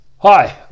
Hi